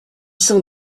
cent